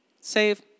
Save